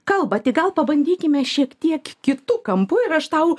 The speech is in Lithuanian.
kalbą tai gal pabandykime šiek tiek kitu kampu ir aš tau